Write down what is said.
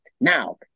Now